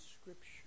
Scripture